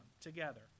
together